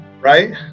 right